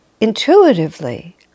intuitively